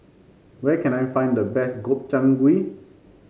where can I find the best Gobchang Gui